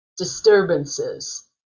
disturbances